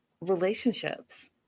relationships